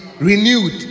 renewed